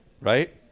right